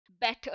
better